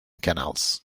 canals